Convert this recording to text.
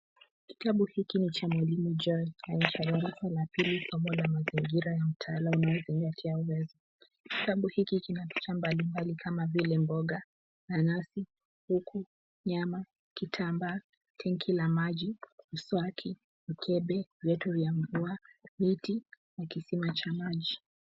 Kitabu hiki ni cha mwalimu Joy na ni cha darasa la pili, mambo na mazingira ya mtaalamu wa kiangazi. Kitabu hiki kina picha mbalimbali kama vile; mboga, nanasi, kuku, nyama, kitambaa, tenki la maji, mswaki, mkebe, viatu vya mvua, miti na kisima cha maji.